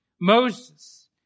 Moses